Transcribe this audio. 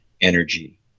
energy